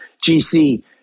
GC